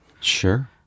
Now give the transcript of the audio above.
Sure